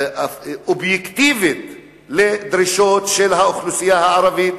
אובייקטיבית על הדרישות של האוכלוסייה הערבית,